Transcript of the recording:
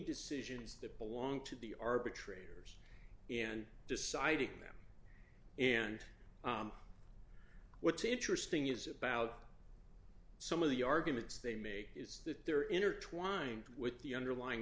decisions that belong to the arbitrator and deciding them and what's interesting is about some of the arguments they make is that they're intertwined with the underlying